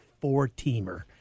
four-teamer